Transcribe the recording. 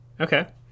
Okay